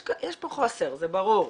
יש פה חוסר, זה ברור.